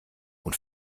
und